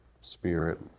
spirit